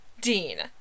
dean